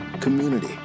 community